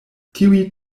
tiuj